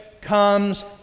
comes